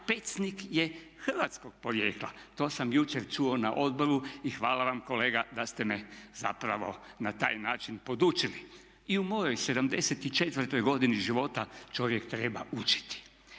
Pecnik je hrvatskog porijekla. To sam jučer čuo na odboru i hvala vam kolega da ste me zapravo na taj način podučili. I u mojoj 74. godini života čovjek treba učiti.